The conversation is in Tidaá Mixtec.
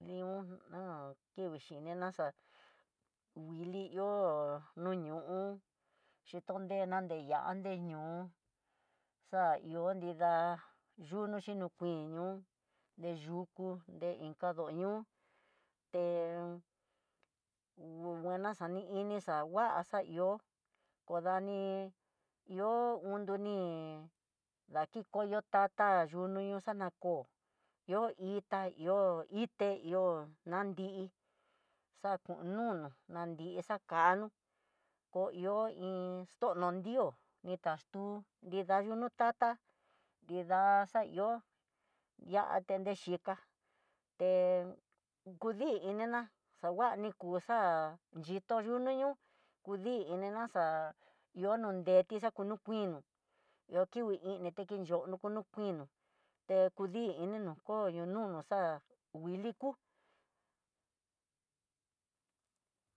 Nion ha kevichi ne naxa vili ihó, no ñoon xhitonreya ni nrá ne ñoon xa ihó nida yuxi no kuin ñoon, deyuku de inka doño e nguena xani ini xa ngua xa ihó ko dani ihó indoni daki koyo tata yunu xana kó, ihó itá ihó ité ihó nani xaku nunu nandi xakano ko ihó extono nrió ni taxu nida nu yu tata nrida xa ihó ihá tende xhiká te kuidi inguiná xakuaa ni xhito xhino ño'o kudi ini ná xa ihó non deti xakunu kuinó ihó kingui initi te kinyono konu te kudi inino ko ño nunu xa'á nguiliku.